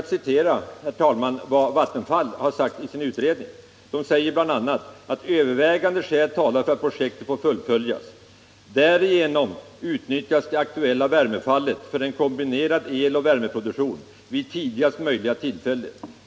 Det finns, herr talman, anledning att citera vad Vattenfall har sagt i sin utredning, vari det bl.a. hävdas att övervägande skäl talar för att projektet bör fullföljas: ”Därigenom utnyttjas det aktuella värmefallet för en kombinerad eloch värmeproduktion vid tidigast möjliga tillfälle.